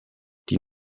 die